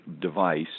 device